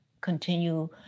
continue